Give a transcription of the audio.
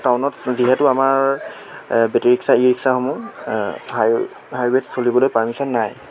টাউনত যিহেতু আমাৰ বেটেৰী ৰিক্সা ই ৰিক্সাসমূহ হাই হাইৱেত চলিবলৈ পাৰ্মিশ্যন নাই